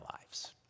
lives